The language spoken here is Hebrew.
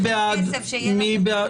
מי בעד